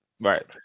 Right